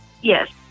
Yes